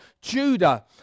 Judah